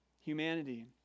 humanity